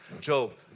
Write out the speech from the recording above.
Job